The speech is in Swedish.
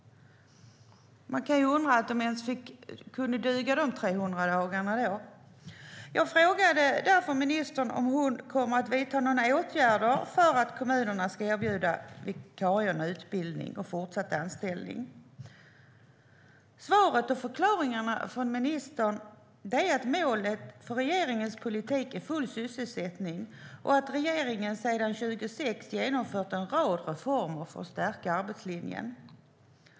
Man undrar hur de ens kunde duga de 300 dagarna. Jag frågade därför ministern om hon kommer att vidta några åtgärder för att kommunerna ska erbjuda vikarierna utbildning och fortsatt anställning. Svaret och förklaringarna från ministern är att målet för regeringens politik är full sysselsättning och att regeringen sedan 2006 har genomfört en rad reformer för att stärka arbetslinjen.